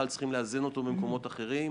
לפעמים